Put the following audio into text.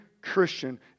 Christian